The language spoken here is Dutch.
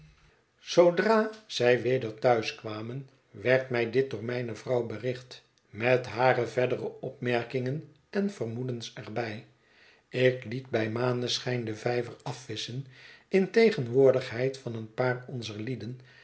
zoodra zij weder thuis kwamen werd mij dit door mijne vrouw bericht met hare verdere opmerkingen en vermoedens er bij ik liet bij maneschijn den vijver afvisschen in tegenwoordigheid van een paar onzer lieden